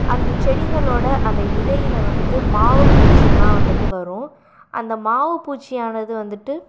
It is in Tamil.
அந்தச் செடிங்களோடய அந்த இலையில் வந்துட்டு மாவு பூச்சி எல்லாம் வரும் அந்த மாவு பூச்சி ஆனது வந்துட்டு